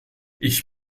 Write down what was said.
ich